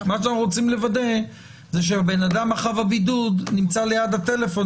אנחנו רוצים לוודא שחב הבידוד נמצא ליד הפלאפון